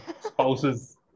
spouses